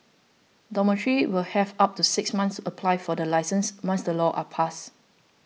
dormitories will have up to six months apply for the licence once the laws are passed